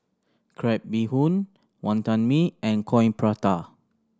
crab bee hoon Wonton Mee and Coin Prata